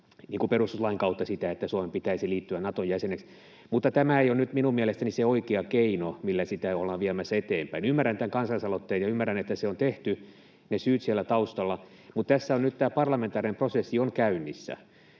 perustuslain kautta, sitä, että Suomen pitäisi liittyä Naton jäseneksi. Mutta tämä ei ole nyt minun mielestäni se oikea keino, millä sitä ollaan viemässä eteenpäin. Ymmärrän tämän kansalaisaloitteen, ja ymmärrän, että se on tehty, ne syyt siellä taustalla, mutta tässä on nyt tämä parlamentaarinen prosessi käynnissä.